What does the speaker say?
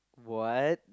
what